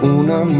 una